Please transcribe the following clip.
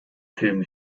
filmen